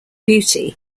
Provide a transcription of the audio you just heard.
beauty